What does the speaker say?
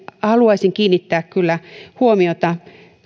haluaisin kiinnittää kyllä huomiota